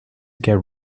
get